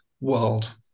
world